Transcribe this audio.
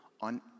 on